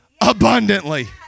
abundantly